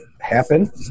happen